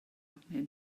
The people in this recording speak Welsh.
arnyn